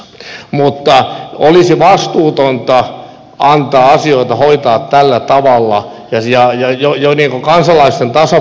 mutta olisi vastuutonta antaa asioita hoitaa täällä taida olla länsi ajoi joiden mukaan tällä tavalla